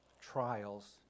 trials